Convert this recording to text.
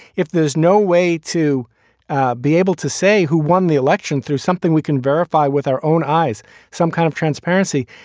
if there's no way to be able to say who won the election through something we can verify with our own eyes some kind of transparency,